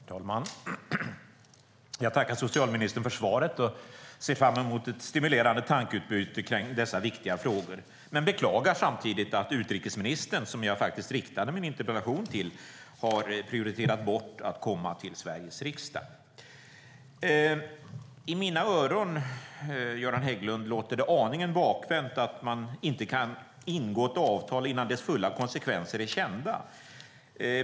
Herr talman! Jag tackar socialministern för svaret och ser fram emot ett stimulerande tankeutbyte kring dessa viktiga frågor. Jag beklagar samtidigt att utrikesministern, som jag riktade min interpellation till, har prioriterat bort att komma till Sveriges riksdag. I mina öron, Göran Hägglund, låter det aningen bakvänt att man inte kan ingå ett avtal innan dess fulla konsekvenser är kända.